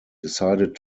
decided